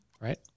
Right